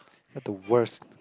you are the worst